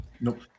Nope